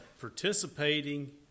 participating